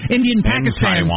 Indian-Pakistan